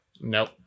Nope